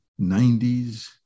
90s